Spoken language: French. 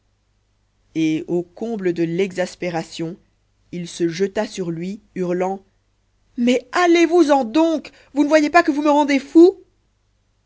et au comble de l'exaspération il se jeta sur lui hurlant mais allez-vous-en donc vous ne voyez pas que vous me rendez fou